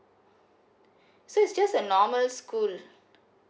so it's just a normal school